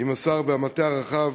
והמטה הרחב,